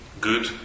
good